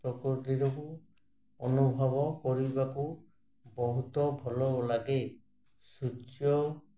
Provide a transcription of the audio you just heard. ପ୍ରକୃତିରକୁ ଅନୁଭବ କରିବାକୁ ବହୁତ ଭଲ ଲାଗେ ସୂର୍ଯ୍ୟ